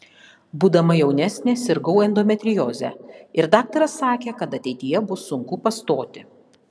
būdama jaunesnė sirgau endometrioze ir daktaras sakė kad ateityje bus sunku pastoti